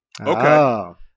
Okay